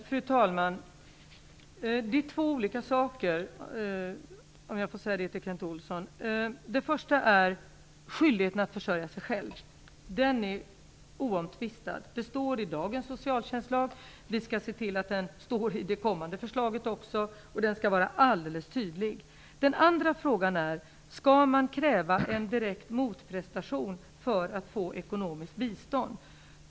Fru talman! Det gäller här två olika saker. För det första gäller det skyldigheten att försörja sig själv. Den är oomtvistad. Det står inskrivet i dagens socialtjänstlag. Vi skall se till att detta kommer med också i det kommande lagförslaget. Det skall vara helt tydligt. För det andra gäller det om man skall kräva en direkt motprestation för att någon skall få ekonomiskt bistånd.